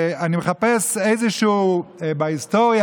הישג תודעתי שלא היה להם כלום חוץ מהחלפת השלטון.